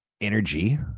energy